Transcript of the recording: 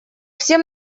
всем